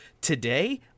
today